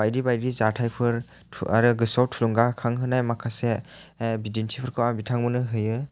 बायदि बायदि जाथायफोर आरो गोसोआव थुलुंगाखांहोनाय माखासे बिदिन्थिफोरखौ आं बिथांमोननो होयो